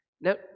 Now